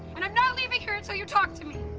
and i'm not leaving here until you talk to me!